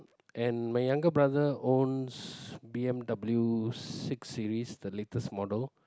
and my younger brother owns B_M_W six series the latest model